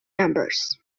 numbers